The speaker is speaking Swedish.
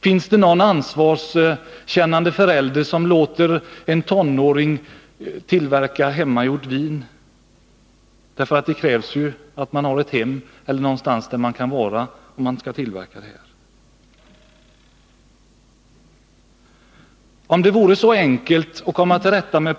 Finns det någon ansvarskännande förälder som låter en tonåring tillverka vin? — Det krävs ju att man har ett hem eller åtminstone någonstans där man kan vara när man skall tillverka detta.